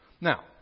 Now